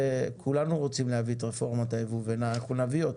כולנו רוצים להביא את רפורמת היבוא ואנחנו נביא אותה,